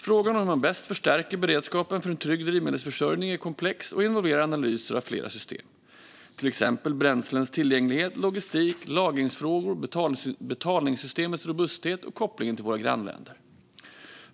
Frågan om hur man bäst förstärker beredskapen för en trygg drivmedelsförsörjning är komplex och involverar analyser av flera system, till exempel bränslens tillgänglighet, logistik och lagringsfrågor, betalningssystemens robusthet och kopplingen till våra grannländer.